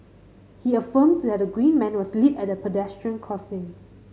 he affirmed that the green man was lit at the pedestrian crossing